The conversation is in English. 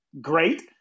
great